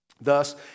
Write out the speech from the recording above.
Thus